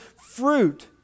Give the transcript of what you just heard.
fruit